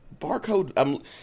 barcode